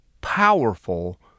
powerful